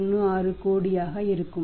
16 கோடியாக இருக்கும்